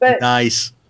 Nice